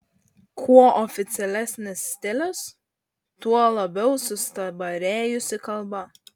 kuo oficialesnis stilius tuo labiau sustabarėjusi kalba